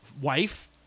wife